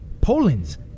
Poland's